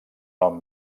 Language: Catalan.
nom